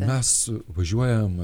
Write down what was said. mes važiuojam